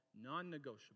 Non-negotiable